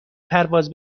پرواز